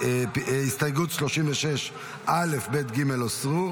הסתייגות 36 א', ב', ג' הוסרו.